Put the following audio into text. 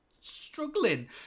struggling